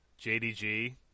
JDG